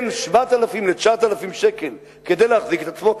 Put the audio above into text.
ל-7,000 9,000 שקל כדי להחזיק את עצמו,